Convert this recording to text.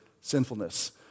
sinfulness